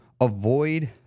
avoid